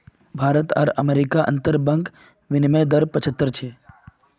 भारत आर अमेरिकार अंतर्बंक विनिमय दर पचाह्त्तर छे